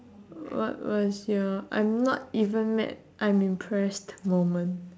what what is your I'm not even mad I'm impressed moment